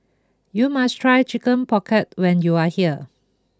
you must try Chicken Pocket when you are here